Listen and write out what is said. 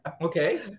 Okay